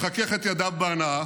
מחכך את ידיו בהנאה